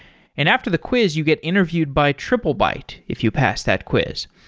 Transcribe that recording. and after the quiz you get interviewed by triplebyte if you pass that quiz.